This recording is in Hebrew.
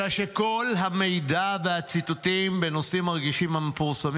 אלא שכל המידע והציטוטים בנושאים הרגישים המפורסמים